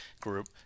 Group